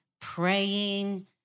praying